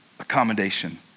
accommodation